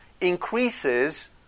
increases